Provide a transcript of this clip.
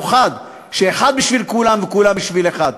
מאוחד, שאחד בשביל כולם וכולם בשביל אחד.